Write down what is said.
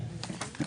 הישיבה נעולה.